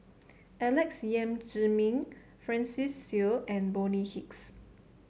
Alex Yam Ziming Francis Seow and Bonny Hicks